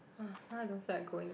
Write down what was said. !wah! now I don't feel like going